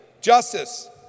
justice